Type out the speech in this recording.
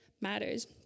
matters